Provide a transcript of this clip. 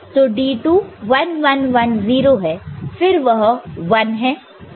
तो D2 1 1 1 0 है फिर वह 1 है